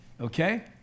Okay